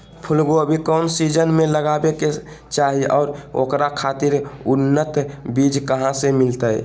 फूलगोभी कौन सीजन में लगावे के चाही और ओकरा खातिर उन्नत बिज कहा से मिलते?